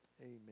Amen